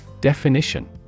Definition